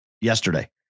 Yesterday